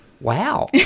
Wow